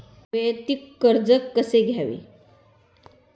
वैयक्तिक कर्ज कसे घ्यावे?